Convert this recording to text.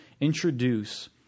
introduce